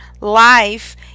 life